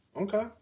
Okay